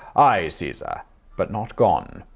ay, caesar but not gone.